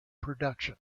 production